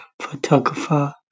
photographer